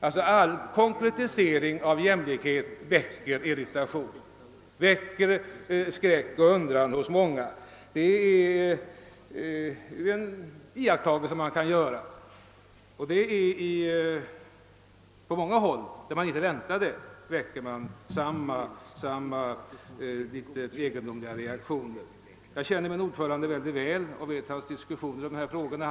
All konkretisering av jämlikhet väcker irritation, väcker skräck och undran hos många — det är en iakttagelse man kan göra. På många håll där man inte väntat det, uppstår samma egendomliga reaktioner. Jag känner min ordförande rätt väl och vet hur han resonerar i de här frågorna.